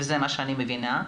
וזה מה שאני מבינה,